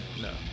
No